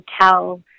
tell